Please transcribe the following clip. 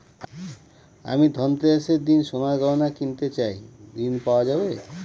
আমি ধনতেরাসের দিন সোনার গয়না কিনতে চাই ঝণ পাওয়া যাবে?